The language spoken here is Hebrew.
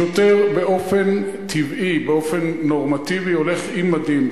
שוטר, באופן טבעי, באופן נורמטיבי, הולך עם מדים.